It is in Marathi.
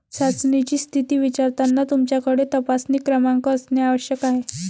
चाचणीची स्थिती विचारताना तुमच्याकडे तपासणी क्रमांक असणे आवश्यक आहे